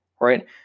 Right